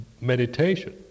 meditation